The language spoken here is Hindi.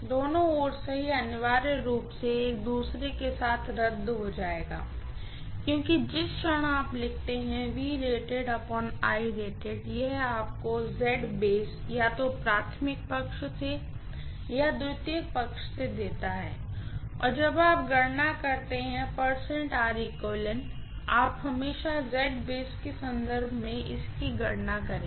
दोनों ओर से यह अनिवार्य रूप से एक दूसरे के साथ रद्द हो जाएगा क्योंकि जिस क्षण आप लिखते हैं यह आपको या तो प्राइमरी साइड से या सेकेंडरी साइड से देता है और जब आप गणना करते हैं आप हमेशा के संदर्भ में इसकी गणना करेंगे